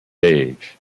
age